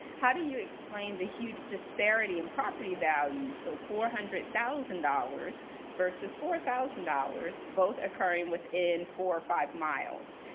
how do you explain the huge disparity in property values? so four hundred thousand dollars versus four thousand dollars, both occurring within four or five miles?